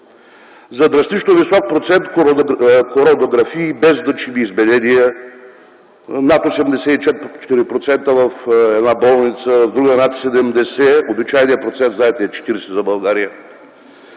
за драстично висок процент коронографии без значими изменения – над 84% в една болница, в друга – над 70%. Обичайният процент, знаете, е 40 за България.